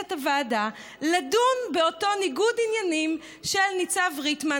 את הוועדה לדון באותו ניגוד עניינים של ניצב ריטמן,